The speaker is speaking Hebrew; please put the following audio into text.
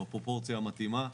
בפרופורציה המתאימה.